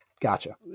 Gotcha